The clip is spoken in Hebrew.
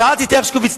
שאלתי את הרשקוביץ,